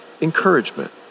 encouragement